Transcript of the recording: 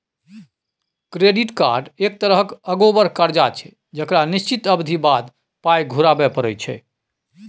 credit card एक तरहक अगोबार करजा छै जकरा निश्चित अबधी बाद पाइ घुराबे परय छै